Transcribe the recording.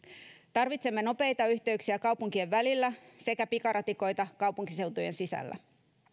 tarvitsemme nopeita yhteyksiä kaupunkien välillä sekä pikaratikoita kaupunkiseutujen sisällä